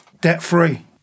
debt-free